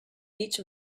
each